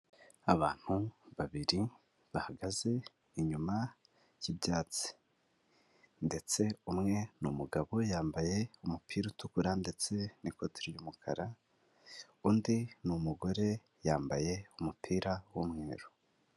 Abantu babiri bahagaze inyuma y'ibyatsi ndetse umwe ni umugabo yambaye umupira utukura ndetse n'ikote ry'umukara, undi niumugore yambaye umupira w'umweru.